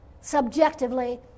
subjectively